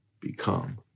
become